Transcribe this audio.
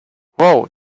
wow